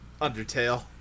Undertale